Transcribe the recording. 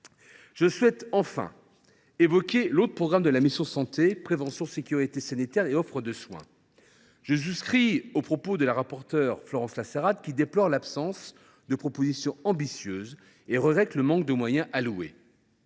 Je souhaite enfin évoquer l’autre programme de la mission « Santé »,« Prévention, sécurité sanitaire et offre de soins ». Je souscris aux propos de la rapporteure pour avis Florence Lassarade, qui déplore l’absence de propositions ambitieuses et regrette le manque de moyens alloués.